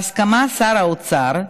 בהסכמת שר האוצר,